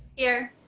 here.